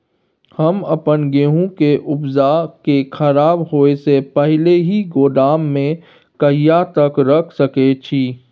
हम अपन गेहूं के उपजा के खराब होय से पहिले ही गोदाम में कहिया तक रख सके छी?